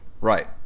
Right